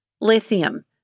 Lithium